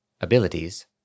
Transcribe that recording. Abilities